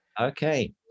Okay